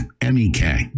M-E-K